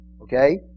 Okay